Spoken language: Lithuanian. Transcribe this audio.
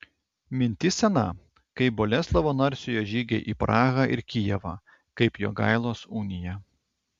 mintis sena kaip boleslovo narsiojo žygiai į prahą ir kijevą kaip jogailos unija